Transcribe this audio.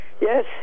Yes